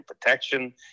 protection